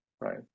right